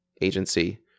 agency